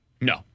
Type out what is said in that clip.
No